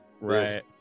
Right